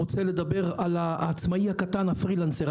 רוצה לדבר על העצמאי הקטן הפרילנסר.